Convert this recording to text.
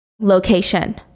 location